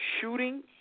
shooting